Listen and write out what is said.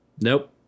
Nope